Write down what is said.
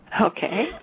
Okay